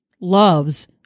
loves